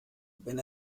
wenn